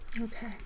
Okay